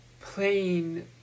playing